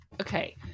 Okay